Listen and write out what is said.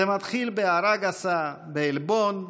זה מתחיל בהערה גסה, בעלבון,